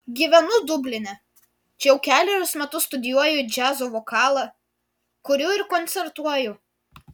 gyvenu dubline čia jau kelerius metus studijuoju džiazo vokalą kuriu ir koncertuoju